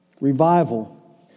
Revival